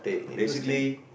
basically